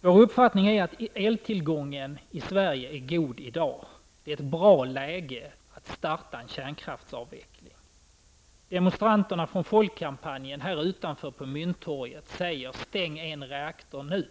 Vår uppfattning är att eltillgången i dag i Sverige är god. Det är ett bra läge att starta en kärnkraftsutveckling i. Demonstranterna från folkkampanjen här utanför på Mynttorget säger: Stäng en reaktor nu!